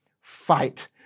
Fight